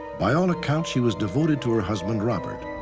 by all accounts, she was devoted to her husband, robert.